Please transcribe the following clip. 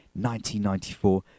1994